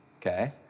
Okay